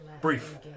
brief